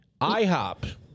IHOP